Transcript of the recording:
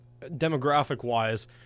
demographic-wise